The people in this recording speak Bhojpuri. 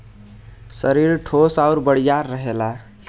सरीर ठोस आउर बड़ियार रहेला